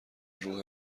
روح